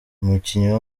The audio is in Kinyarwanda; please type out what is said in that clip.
umukinnyi